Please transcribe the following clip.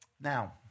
Now